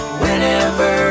whenever